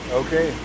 okay